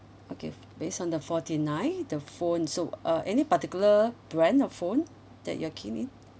okay based on the forty nine the phone so uh any particular brand of phone that you're keen in